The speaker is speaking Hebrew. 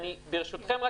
ברשותכם,